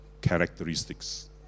characteristics